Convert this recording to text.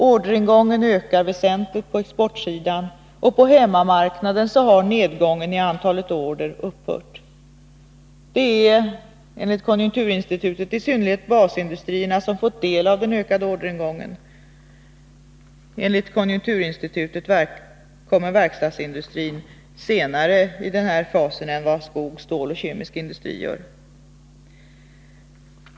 Orderingången ökade väsentligt på exportsidan, och på hemmamarknaden har nedgången i antalet order upphört. Det är enligt konjunkturinstitutet i synnerhet basindustrierna som har fått del av ökningen av orderingången. Enligt konjunkturinstitutet kommer verkstadsindustrin senare i den här fasen än skogsindustrin, stålindustrin och den kemiska industrin.